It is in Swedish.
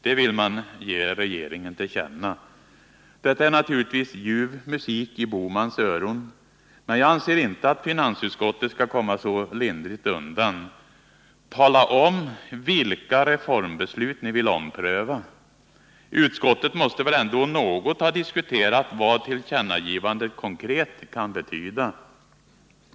Det vill man ge regeringen till känna. Detta är naturligtvis ljuv musik i herr Bohmans öron. Men jag anser irte att finansutskottet skall komma så lindrigt undan. Tala om vilka reformbeslut ni vill ompröva. Utskottet måste väl ändå något ha diskuterat vad tillkännagivandet konkret kan betyda.